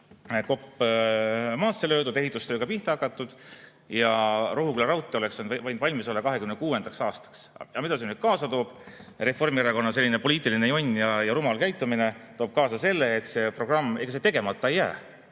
kopp maasse löödud, ehitustööga pihta hakatud, ja Rohuküla raudtee oleks võinud valmis olla 2026. aastaks. Mida see kaasa toob? Reformierakonna poliitiline jonn ja rumal käitumine toob kaasa selle, et see programm – ega see tegemata ei jää,